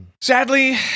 sadly